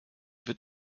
wird